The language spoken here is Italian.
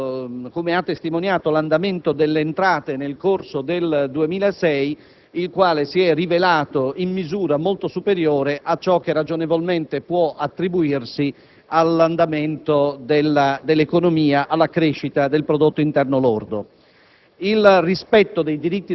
come ha testimoniato l'andamento delle entrate nel corso del 2006, il quale si è rivelato molto superiore a ciò che ragionevolmente può attribuirsi all'andamento dell'economia, alla crescita del prodotto interno lordo.